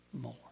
more